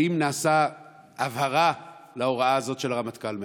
האם נעשתה הבהרה להוראה הזאת של הרמטכ"ל מאז?